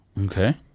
Okay